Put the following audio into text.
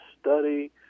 study